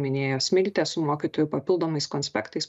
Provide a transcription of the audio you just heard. minėjo smiltė mokytojų papildomais konspektais